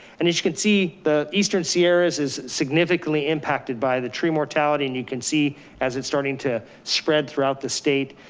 and as you can see, the eastern sierras is significantly impacted by the tree mortality. and you can see as it's starting to spread throughout the state,